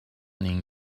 ning